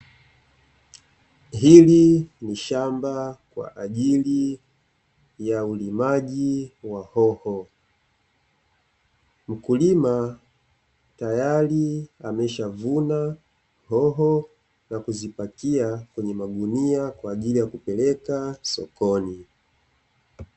Hili ni shamba kwa ajili ya ulimaji wa hoho, mkulima tayari ameshavuna hoho na kuzipakia kwenye magunia kwa ajili ya kupeleka sokoni.